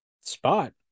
spot